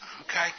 Okay